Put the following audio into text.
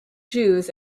jews